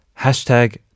hashtag